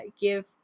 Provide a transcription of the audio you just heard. give